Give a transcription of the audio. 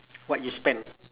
what you spend